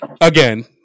again